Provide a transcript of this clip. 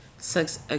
Sex